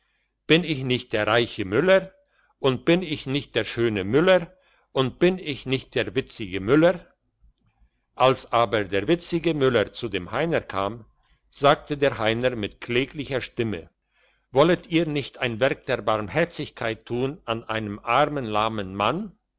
bin ich nicht der reiche müller und bin ich nicht der schöne müller und bin ich nicht der witzige müller als aber der witzige müller zu dem heiner kam sagte der heiner mit kläglicher stimme wolltet ihr nicht ein werk der barmherzigkeit tun an einem armen lahmen mann